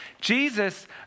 Jesus